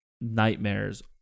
nightmares